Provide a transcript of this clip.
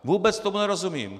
Vůbec tomu nerozumím.